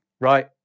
right